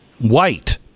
white